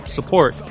Support